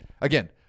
Again